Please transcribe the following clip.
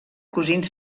cosins